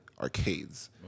Arcades